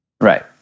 Right